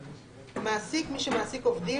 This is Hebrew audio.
"מעסיק" מי שמעסיק עובדים,